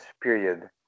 period